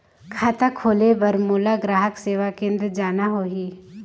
खाता खोले बार मोला ग्राहक सेवा केंद्र जाना होही?